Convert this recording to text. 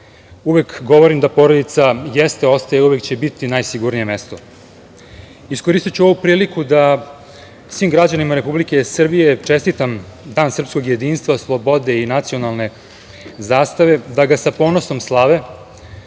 Uvek govorim da porodica jeste, ostaje i uvek će biti najsigurnije mesto. Iskoristiću ovu priliku da svim građanima Republike Srbije čestitam Dan srpskog jedinstva, slobode i nacionalne zastave, da ga sa ponosom slave,